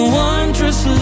wondrous